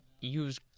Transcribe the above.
use